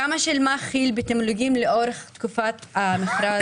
כמה שילמה כי"ל בתמלוגים לאורך תקופת המכרז?